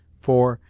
for,